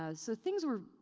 ah so things were,